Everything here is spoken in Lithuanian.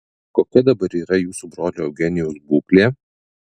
kokia dabar yra jūsų brolio eugenijaus būklė